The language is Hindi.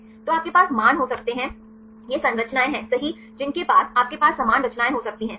तो आपके पास मान हो सकते हैं ये संरचनाएं हैं सही जिनके पास आपके पास समान संरचनाएं हो सकती हैं सही